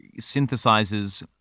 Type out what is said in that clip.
synthesizes